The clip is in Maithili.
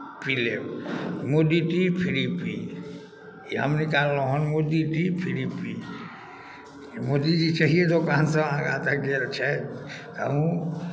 पी लेब मोदी टी फ्री पी ई हम निकाललहुँ हेँ मोदी टी फ्री पी मोदी छी चाहे दोकान सँ तऽ ओ आगाँ तक गेल छथि हमहूँ